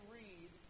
read